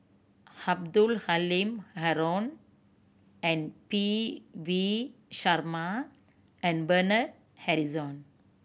Abdul Halim Haron and P V Sharma and Bernard Harrison